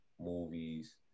movies